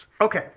Okay